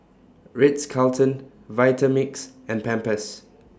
Ritz Carlton Vitamix and Pampers